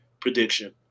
prediction